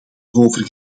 erover